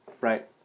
Right